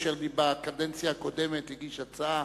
אשר בקדנציה הקודמת הגיש הצעה